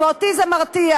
ואותי זה מרתיח.